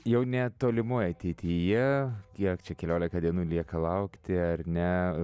jau netolimoj ateityje kiek čia keliolika dienų lieka laukti ar ne